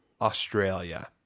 Australia